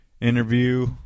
interview